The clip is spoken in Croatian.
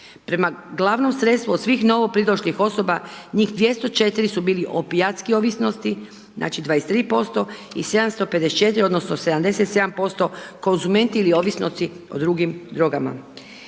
Prema glavnom sredstvu od svih novo pridošlih osoba njih 204 su bili opijatski ovisnosti znači 23% u 754 odnosno 77% konzumenti ili ovisnici o drugim drogama.